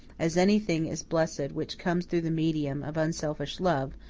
as anything is blessed which comes through the medium of unselfish love,